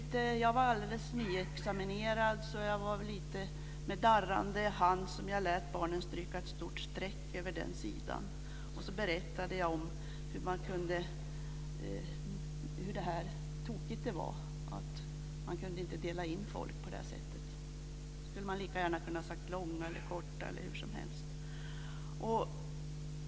Jag var alldeles nyutexaminerad, så det var väl med lite darrande hand som jag lät barnen stryka ett stort streck över den sidan. Sedan berättade jag om hur tokigt detta var, och att man inte kunde dela in folk på det här sättet. Då skulle man lika gärna ha kunnat tala om långa, korta eller vad som helst.